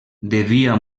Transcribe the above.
devia